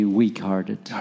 weak-hearted